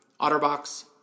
Otterbox